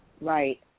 Right